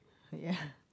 ya